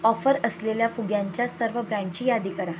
offer असलेल्या फुग्यांच्या सर्व ब्रँडची यादी करा